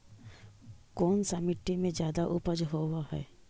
कोन सा मिट्टी मे ज्यादा उपज होबहय?